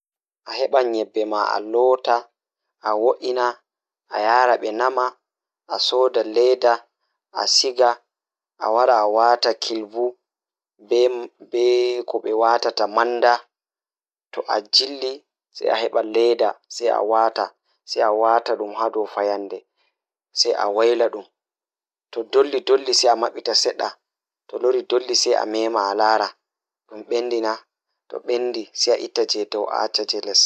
Ngam waɗa omelet ɗiɗɗo, njahɗuɗo nannde ɗiɗɗo e binnduɗo e kayndu ngam rewɓe haɗi. Toɗɗi waɗaɗo njahɗude ɗiɗɗo e ndiwru sabu rewɓe waɗude seɗɗa. Fittoɗo oila walaa maa suɓeɗɗo iriɗe rewɓe haɗe e puccu. Ngal rewɓe waɗata seɗɗa ngam rewɓe ɗum njiyata sabu fiyaangu rewɓe waɗude ngal.